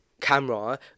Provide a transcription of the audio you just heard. camera